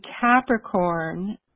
capricorn